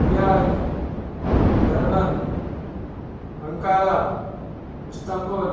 Riyadh Durban Ankara Istanbul